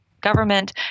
government